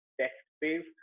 text-based